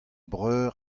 breur